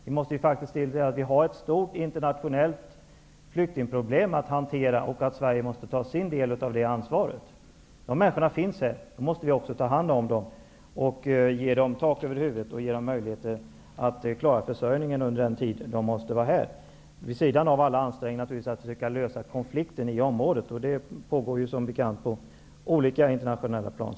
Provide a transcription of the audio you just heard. Vi måste inse att det finns ett stort internationellt flyktingproblem att hantera, och Sverige måste ta sin del av ansvaret. Dessa människor finns här, och då måste vi också ta hand om dem, ge dem tak över huvudet och ge dem möjlighet att klara sin försörjning under den tid som de måste vara här, naturligtvis vid sidan av alla ansträngningar att försöka lösa konflikten i krigsområdet. Som bekant görs det sådana försök på olika internationella plan.